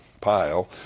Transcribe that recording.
pile